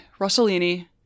Rossellini